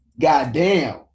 goddamn